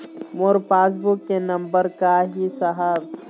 मोर passbook के नंबर का ही साहब?